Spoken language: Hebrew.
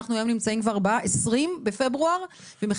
אנחנו היום נמצאים כבר ב-20 בפברואר ורק